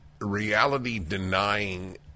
reality-denying